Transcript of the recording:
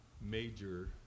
major